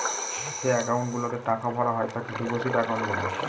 যে একাউন্ট গুলাতে টাকা ভরা হয় তাকে ডিপোজিট একাউন্ট বলে